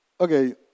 Okay